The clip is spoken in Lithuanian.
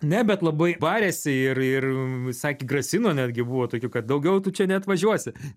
ne bet labai barėsi ir ir sakė grasino netgi buvo tokių kad daugiau tu čia neatvažiuosi